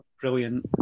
brilliant